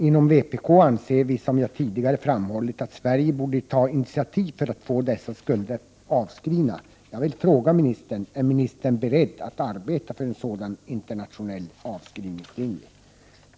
Inom vpk anser vi, som jag tidigare framhållit, att Sverige borde ta initiativ för att få dessa skulder avskrivna. Jag vill fråga ministern: Är ministern beredd att arbeta för en sådan internationell avskrivningslinje?